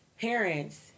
parents